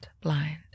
blind